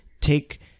Take